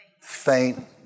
Faint